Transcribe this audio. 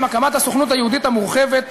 עם הקמת הסוכנות היהודית המורחבת,